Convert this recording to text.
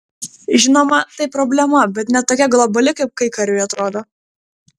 žinoma tai problema bet ne tokia globali kaip kaikariui atrodo